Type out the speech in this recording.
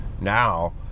now